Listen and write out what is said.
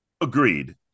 Agreed